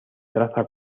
traza